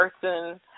person